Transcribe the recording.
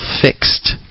fixed